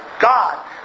God